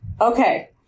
Okay